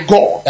God